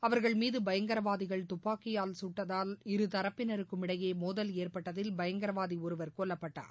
அவர்கள் மீது பயங்கரவாதிகள் துப்பாக்கியால் கட்டதால் இருதரப்பினருமிடையே மோதல் ஏற்பட்டதில் பயங்கரவாதி ஒருவர் கொல்லப்பட்டார்